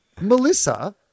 Melissa